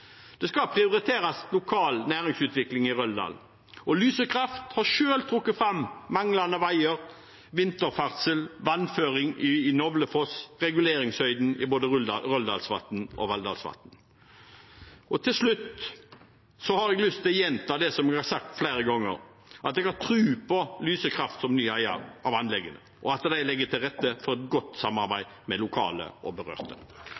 Det skal prioriteres lokal næringsutvikling i Røldal, og Lyse Kraft har selv trukket fram manglende veier, vinterferdsel, vannføring i Novlefoss og reguleringshøyden i både Røldalsvatn og Valldalsvatn. Til slutt har jeg lyst til å gjenta det jeg har sagt flere ganger: at jeg har tro på Lyse Kraft som ny eier av anlegget, og at de legger til rette for et godt samarbeid med lokale og berørte